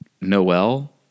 Noel